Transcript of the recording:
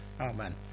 amen